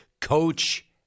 Coach